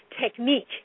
technique